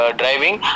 driving